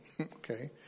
okay